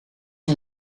een